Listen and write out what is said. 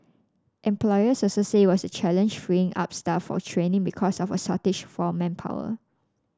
employers also say it was a challenge freeing up staff for training because of a shortage of manpower